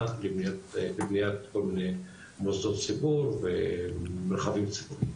לבניית כל מיני מוסדות ציבור ומרחבים ציבוריים.